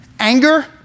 Anger